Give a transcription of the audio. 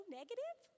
negative